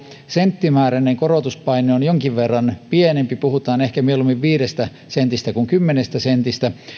senttimääräinen korotuspaine on jonkin verran pienempi puhutaan ehkä mieluummin viidestä sentistä kuin kymmenestä sentistä